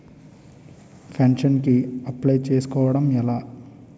Pension కి apply చేసుకోవడం ఎలా?